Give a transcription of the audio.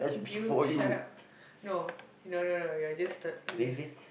you shut up no no no no you're just you're